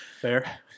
Fair